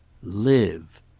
live.